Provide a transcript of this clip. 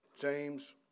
James